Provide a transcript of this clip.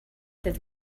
dydd